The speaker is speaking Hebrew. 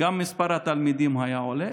מספר התלמידים היה עולה,